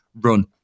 run